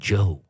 Joe